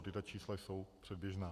Tato čísla jsou předběžná.